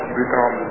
become